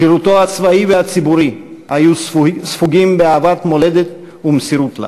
שירותו הצבאי והציבורי היה ספוג באהבת מולדת ומסירות לה.